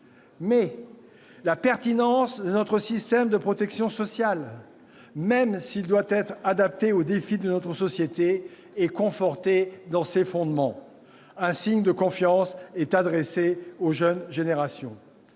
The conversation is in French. la pertinence de notre système de protection sociale, même s'il doit être adapté aux défis de notre société, est confortée dans ses fondements. Un signe de confiance est adressé aux jeunes générations.